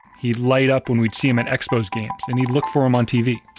he'd light up when we'd see him at expos games and he'd look for him on t v.